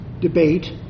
debate